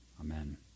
Amen